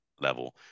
level